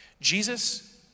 Jesus